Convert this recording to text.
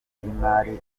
y’imari